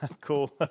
Cool